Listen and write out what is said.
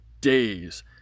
days